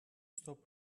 stop